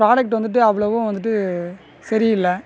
protect வந்துட்டு அவ்வளோவா வந்துட்டு சரி இல்லை